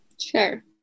sure